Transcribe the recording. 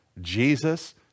Jesus